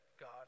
God